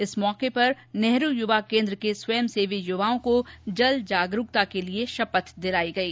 इस मौके पर नेहरू युवा केन्द्र के स्वयंसेवी युवाओं को जल जागरूकता के लिये शपथ दिलाई गई